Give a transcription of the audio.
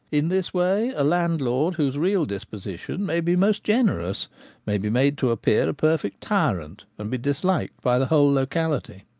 in this way a landlord whose real disposition may be most generous may be made to appear a perfect tyrant, and be disliked by the whole locality.